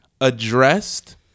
addressed